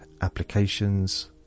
applications